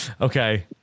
okay